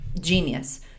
Genius